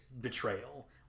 betrayal